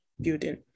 building